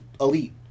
elite